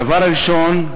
הדבר הראשון,